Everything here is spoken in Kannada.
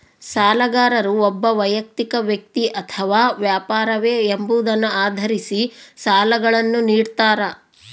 ಸಾಲಗಾರರು ಒಬ್ಬ ವೈಯಕ್ತಿಕ ವ್ಯಕ್ತಿ ಅಥವಾ ವ್ಯಾಪಾರವೇ ಎಂಬುದನ್ನು ಆಧರಿಸಿ ಸಾಲಗಳನ್ನುನಿಡ್ತಾರ